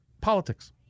politics